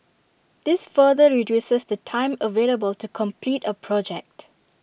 this further reduces the time available to complete A project